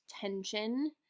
tension